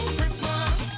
Christmas